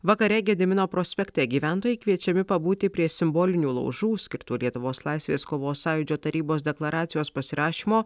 vakare gedimino prospekte gyventojai kviečiami pabūti prie simbolinių laužų skirtų lietuvos laisvės kovos sąjūdžio tarybos deklaracijos pasirašymo